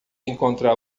encontrar